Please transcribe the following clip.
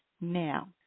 now